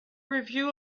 review